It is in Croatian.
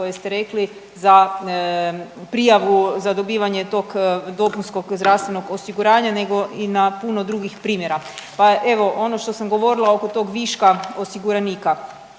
koje ste rekli za prijavu za dobivanje tog dopunskog zdravstvenog osiguranja nego i na puno drugih primjera. Pa evo ono što sam govorila oko tog viška osiguranika.